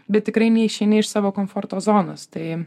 bet tikrai neišeini iš savo komforto zonos tai